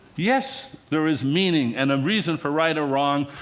yes, there is meaning and a reason for right or wrong.